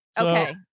Okay